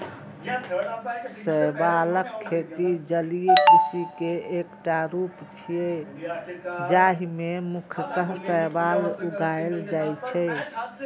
शैवालक खेती जलीय कृषि के एकटा रूप छियै, जाहि मे मुख्यतः शैवाल उगाएल जाइ छै